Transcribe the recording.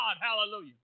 Hallelujah